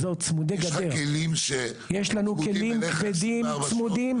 אזור צמודי גדר --- יש לך כלים --- יש לנו כלים כבדים צמודים,